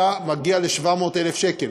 אתה מגיע ל-700,000 שקלים.